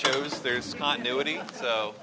shows there's continuity